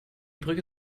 brücke